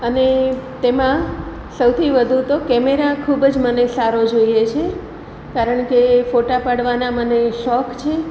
અને તેમાં સૌથી વધુ તો કેમેરા ખૂબ જ મને સારો જોઈએ છે કારણ કે ફોટા પાડવાના મને શોખ છે